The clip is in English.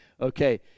Okay